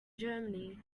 germany